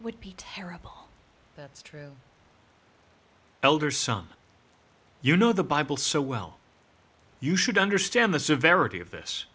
would be terrible that's true elder son you know the bible so well you should understand the severity of this